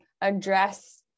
address